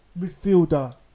midfielder